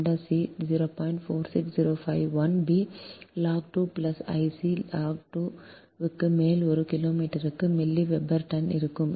4605 I b log 2 plus I c log 2 க்கு மேல் ஒரு கிலோமீட்டருக்கு மில்லி வெபர் டன் இருக்கும்